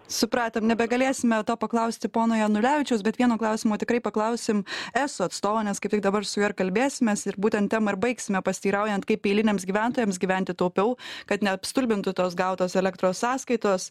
supratom nebegalėsime to paklausti pono janulevičiaus bet vieno klausimo tikrai paklausim eso atstovo nes kaip tik dabar su juo kalbėsimės ir būtent temą ir baigsime pasiteiraujant kaip eiliniams gyventojams gyventi taupiau kad neapstulbintų tos gautos elektros sąskaitos